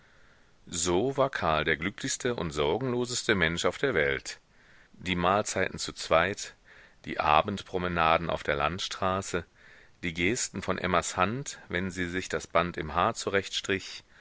so war karl der glücklichste und sorgenloseste mensch auf der welt die mahlzeiten zu zweit die abendpromenaden auf der landstraße die gesten von emmas hand wenn sie sich das band im haar